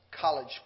college